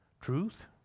truth